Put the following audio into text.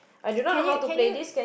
can you can you